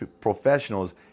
professionals